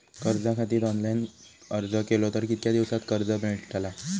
कर्जा खातीत ऑनलाईन अर्ज केलो तर कितक्या दिवसात कर्ज मेलतला?